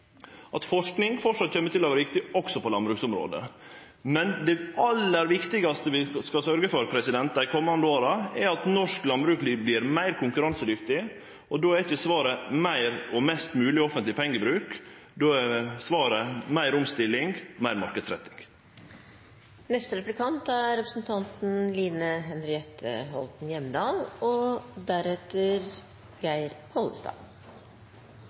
at forsking framleis kjem til å vere viktig òg på landbruksområdet. Men det aller viktigaste vi skal sørgje for dei komande åra, er at norsk landbruk vert meir konkurransedyktig. Då er ikkje svaret meir og mest mogleg offentleg pengebruk, då er svaret meir omstilling og meir marknadsretting. Jeg er